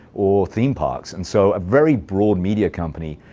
or theme parks, and so a very broad media company.